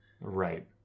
right